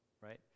Right